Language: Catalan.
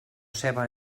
ceba